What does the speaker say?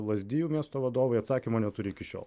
lazdijų miesto vadovai atsakymo neturi iki šiol